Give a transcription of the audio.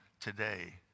today